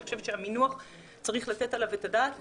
אני חושבת שצריך לתת את הדעת על המינוח.